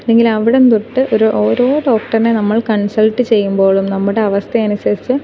ഇല്ലെങ്കിലവിടം തൊട്ട് ഒരു ഓരോ ഡോക്ടറിനെ നമ്മൾ കൺസൾട്ട് ചെയ്യുമ്പോഴും നമ്മുടെ അവസ്ഥയനുസരിച്ച്